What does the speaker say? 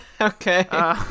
okay